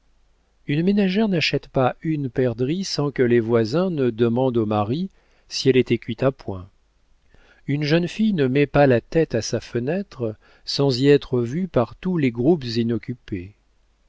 une ménagère n'achète pas une perdrix sans que les voisins demandent au mari si elle était cuite à point une jeune fille ne met pas la tête à sa fenêtre sans y être vue par tous les groupes inoccupés